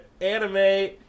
anime